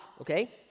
okay